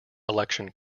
election